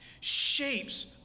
shapes